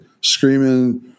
screaming